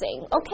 Okay